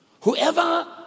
whoever